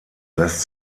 lässt